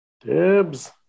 Dibs